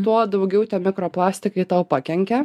tuo daugiau tie mikro plastikai tau pakenkia